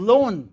Loan